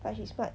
but she's smart